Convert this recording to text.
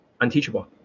Unteachable